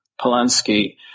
Polanski